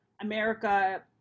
America